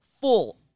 full